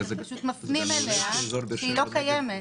אתם פשוט מפנים אליה והיא לא קיימת.